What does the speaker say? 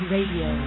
Radio